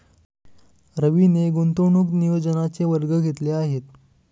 रवीने गुंतवणूक नियोजनाचे वर्ग घेतले आहेत